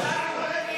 אחר כך.